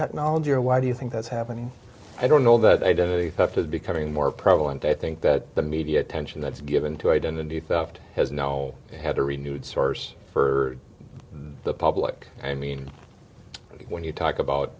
technology or why do you think that's happening i don't know that identity theft is becoming more prevalent i think that the media attention that's given to identity theft has now had a renewed source for the public i mean when you talk about